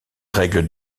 règles